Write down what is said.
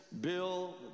bill